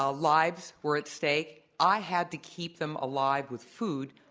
ah lives were at stake. i had to keep them alive with food.